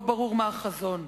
לא ברור מה החזון,